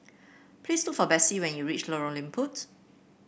please look for Bessie when you reach Lorong Liput